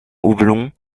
houblon